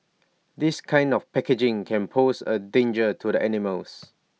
this kind of packaging can pose A danger to the animals